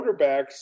quarterbacks